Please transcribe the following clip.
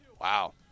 Wow